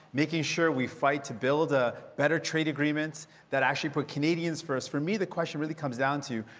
making sure we fight to build ah better trade agreements that actually put canadians first. for me, the question really comes down to,